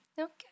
okay